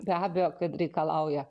be abejo kad reikalauja